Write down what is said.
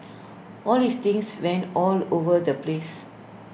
all his things went all over the place